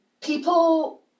people